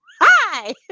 Hi